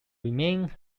riemann